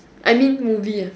I mean movie ah